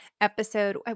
episode –